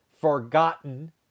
forgotten